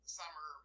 summer